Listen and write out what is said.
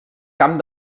camp